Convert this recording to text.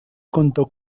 contó